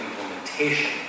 implementation